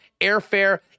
airfare